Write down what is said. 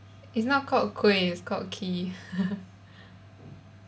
it's not called kueh it's called quay